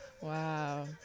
Wow